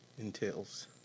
entails